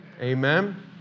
Amen